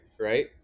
right